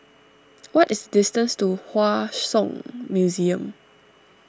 what is the distance to Hua Song Museum